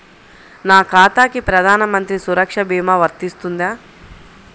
నా ఖాతాకి ప్రధాన మంత్రి సురక్ష భీమా వర్తిస్తుందా?